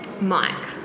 Mike